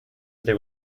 there